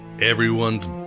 everyone's